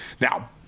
Now